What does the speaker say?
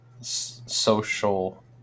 social